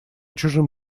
чужим